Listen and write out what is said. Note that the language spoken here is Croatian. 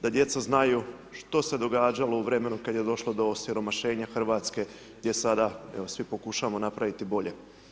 Da djeca znaju što se događalo u vremenu kad je došlo do osiromašenja Hrvatske gdje sada, evo svi pokušavamo napraviti bolje.